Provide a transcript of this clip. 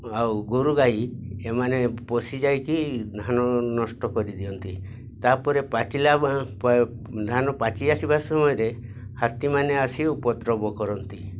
ଆଉ ଗୋରୁ ଗାଈ ଏମାନେ ପଶି ଯାଇକି ଧାନ ନଷ୍ଟ କରିଦିଅନ୍ତି ତା'ପରେ ପାଚିଲା ଧାନ ପାଚି ଆସିବା ସମୟରେ ହାତୀମାନେ ଆସି ଉପଦ୍ରବ କରନ୍ତି